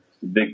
big